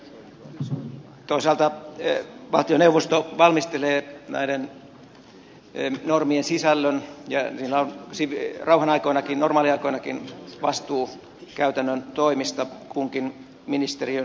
nyt toisaalta valtioneuvosto valmistelee näiden normien sisällön ja sillä on rauhanaikoinakin normaaliaikoinakin vastuu käytännön toimista kunkin ministeriön toimialalla